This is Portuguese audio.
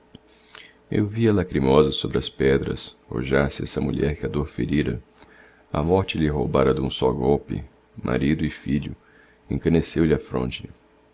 eu vi-a lacrimosa sobre as pedras rojar se essa mulher que a dor ferira a morte lhe roubara dum só golpe marido e filho encaneceu lhe a fronte